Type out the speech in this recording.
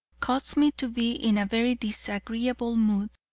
caused me to be in a very disagreeable mood,